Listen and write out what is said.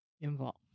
involved